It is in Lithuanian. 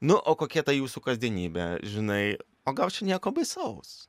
nu o kokia ta jūsų kasdienybė žinai o gal čia nieko baisaus